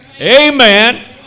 Amen